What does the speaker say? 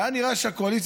והיה נראה שהקואליציה,